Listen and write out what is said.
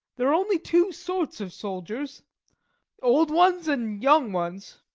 there are only two sorts of soldiers old ones and young ones.